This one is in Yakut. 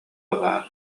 баар